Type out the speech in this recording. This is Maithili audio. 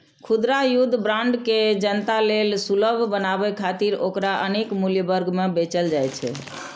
खुदरा युद्ध बांड के जनता लेल सुलभ बनाबै खातिर ओकरा अनेक मूल्य वर्ग मे बेचल जाइ छै